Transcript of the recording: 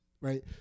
Right